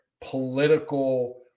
political